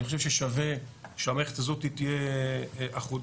אני חושב ששווה שהמערכת הזאת תהיה אחודה-